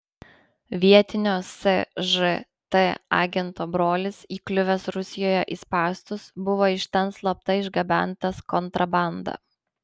vietinio sžt agento brolis įkliuvęs rusijoje į spąstus buvo iš ten slapta išgabentas kontrabanda